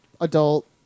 adult